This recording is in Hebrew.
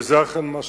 וזה אכן מה שקרה.